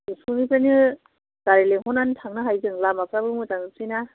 स्कुलनिफ्रायनो गारि लिंहरनानै थांनो हायो जों लामाफ्राबो मोजांजोबसै ना